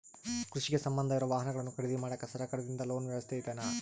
ಕೃಷಿಗೆ ಸಂಬಂಧ ಇರೊ ವಾಹನಗಳನ್ನು ಖರೇದಿ ಮಾಡಾಕ ಸರಕಾರದಿಂದ ಲೋನ್ ವ್ಯವಸ್ಥೆ ಇದೆನಾ?